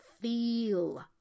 feel